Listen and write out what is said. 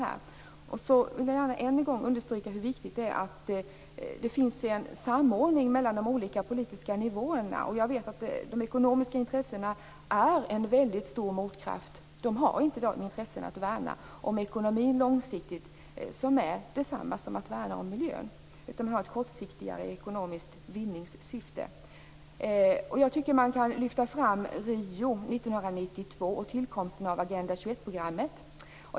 Dessutom vill jag gärna än en gång understryka hur viktigt det är att det finns en samordning mellan de olika politiska nivåerna. Jag vet att de ekonomiska intressena är en mycket stor motkraft. De har inte intresse av att långsiktigt värna om ekonomin, vilket är detsamma som att värna om miljön. De har ett kortsiktigare ekonomiskt vinningssyfte. Jag tycker att man kan lyfta fram Rio 1992 och tillkomsten av Agenda 21-programmet.